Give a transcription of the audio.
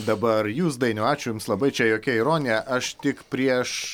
dabar jūs dainiau ačiū jums labai čia jokia ironija aš tik prieš